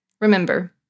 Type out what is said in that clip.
Remember